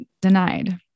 denied